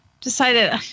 decided